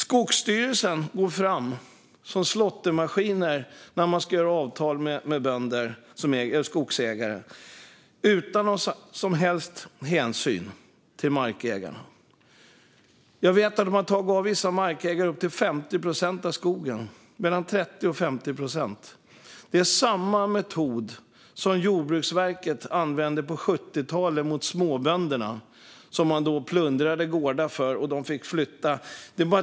Skogsstyrelsen går fram som en slåttermaskin utan någon som helst hänsyn till markägarna när man ska göra avtal med bönder och skogsägare. Jag vet att man har tagit ifrån vissa markägare mellan 30 och 50 procent av skogen. Det är samma metod som Jordbruksverket använde på 70-talet mot småbönderna, vars gårdar man plundrade så de fick flytta.